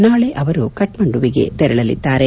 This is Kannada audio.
ನಾಳೆ ಅವರು ಕಕ್ಕಂಡುವಿಗೆ ತೆರಳಲಿದ್ದಾರೆ